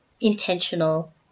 intentional